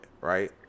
Right